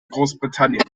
großbritannien